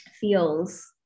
feels